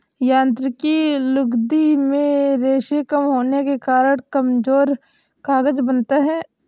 यांत्रिक लुगदी में रेशें कम होने के कारण कमजोर कागज बनता है